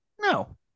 No